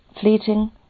Fleeting